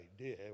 idea